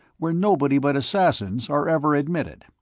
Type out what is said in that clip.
where nobody but assassins are ever admitted.